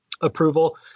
approval